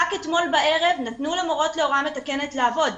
רק אתמול בערב נתנו למורות להוראה מתקנת לעבוד.